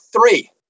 three